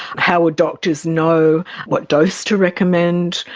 how would doctors know what dose to recommend,